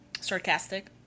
sarcastic